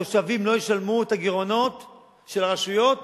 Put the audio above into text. התושבים לא ישלמו את הגירעונות של הרשויות